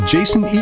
Jason